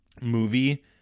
movie